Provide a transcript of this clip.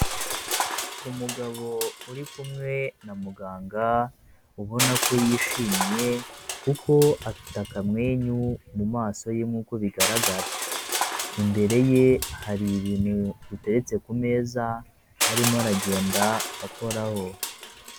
Umugabo uri kumwe na muganga ubona ko yishimye kuko afite akamwenyu mu maso ye nkuko bigaragara, imbere ye hari ibintu biteretse ku meza arimo aragenda akoraho.